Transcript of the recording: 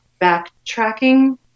backtracking